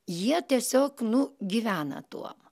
jie tiesiog nu gyvena tuom